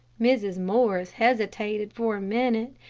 mrs. morris hesitated for a minute,